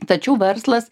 tačiau verslas